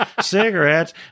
cigarettes